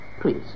Please